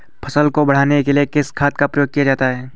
फसल को बढ़ाने के लिए किस खाद का प्रयोग किया जाता है?